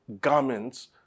garments